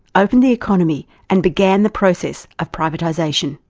opened the economy and began the process of privatisation.